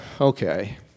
okay